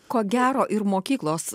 ko gero ir mokyklos